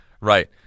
Right